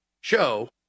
show